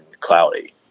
cloudy